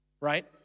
right